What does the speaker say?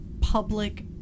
public